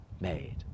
made